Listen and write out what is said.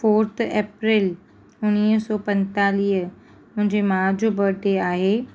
fourth April उणिवीह सौ पंजेतालीह मुंहिंजे माउ जो बर्थडे आहे